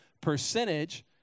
percentage